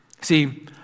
See